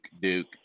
Duke